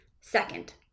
second